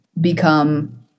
become